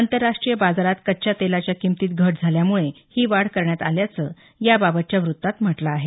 आंतरराष्ट्रीय बाजारात कच्च्या तेलाच्या किंमतीत घट झाल्यामुळे ही वाढ करण्यात आल्याचं याबाबतच्या वृत्तात म्हटलं आहे